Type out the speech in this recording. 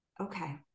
Okay